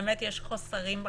שיש חוסרים בחקיקה,